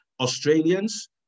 Australians